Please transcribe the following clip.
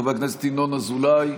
חבר הכנסת ינון אזולאי,